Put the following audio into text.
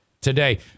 today